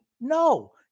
No